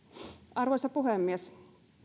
arvoisa puhemies